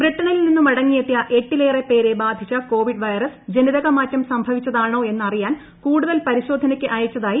ബ്രിട്ടണിൽ നിന്നും മടങ്ങിയെത്തിയ എട്ടിലേറെ പേരെ ബാധിച്ചു കോവിഡ് വൈറസ് ജനിതകമാറ്റം സംഭവിച്ചു താണോ എന്നറിയാൻ കൂടുതൽ പരിശോധനയ്ക്ക് അയച്ചതായി ആരോഗ്യമന്ത്രി കെ